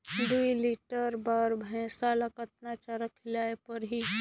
दुई लीटर बार भइंसिया ला कतना चारा खिलाय परही?